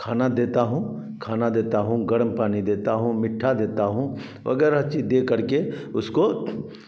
खाना देता हूँ खाना देता हूँ गर्म पानी देता हूँ मिट्ठा देता हूँ वगैरह चीज़ देकर के उसको